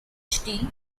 phd